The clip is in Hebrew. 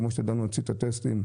כפי שידענו להוציא את הטסטים,